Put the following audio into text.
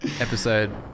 episode